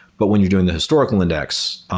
but when you're doing the historical index,